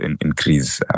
increase